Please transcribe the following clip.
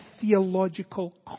theological